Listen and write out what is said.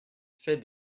fait